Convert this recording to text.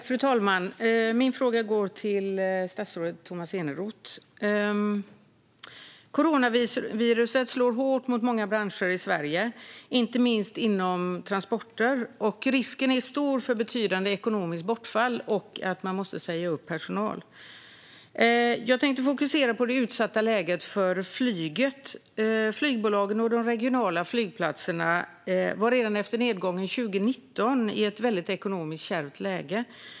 Fru talman! Min fråga går till statsrådet Tomas Eneroth. Coronaviruset slår hårt mot många branscher i Sverige, särskilt inom transportsektorn. Risken är stor för betydande ekonomiskt bortfall och att man måste säga upp personal. Jag tänker fokusera på det utsatta läget för flyget. Flygbolagen och de regionala flygplatserna var redan efter nedgången 2019 i ett kärvt ekonomiskt läge.